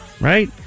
right